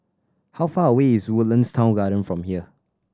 how far away is Woodlands Town Garden from here